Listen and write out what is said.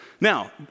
Now